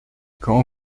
quand